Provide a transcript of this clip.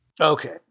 Okay